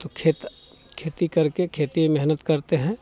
तो खेत खेती करके खेती में मेहनत करते हैं